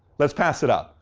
let's pass it out.